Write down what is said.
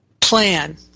plan